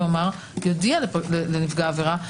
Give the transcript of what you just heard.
יבוא פרקליט ויודיע לנפגע העבירה: